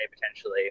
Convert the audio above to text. potentially